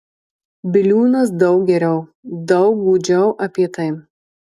biliūnas daug geriau daug gūdžiau apie tai